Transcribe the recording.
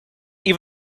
even